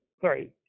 sorry